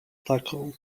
taką